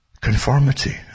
conformity